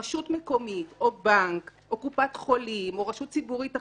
רשות מקומית או בנק או קופת חולים או רשות ציבורית אחרת,